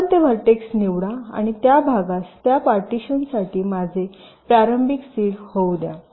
आपण ते व्हर्टेक्स निवडा आणि त्या भागास त्या पार्टीशनसाठी माझे प्रारंभिक सीड होऊ द्या